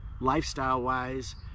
lifestyle-wise